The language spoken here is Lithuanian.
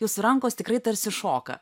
jūsų rankos tikrai tarsi šoka